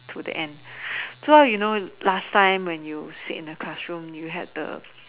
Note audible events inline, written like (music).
to the end (breath) so you know last time when you sit in the classroom you had the